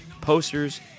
posters